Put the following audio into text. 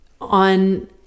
on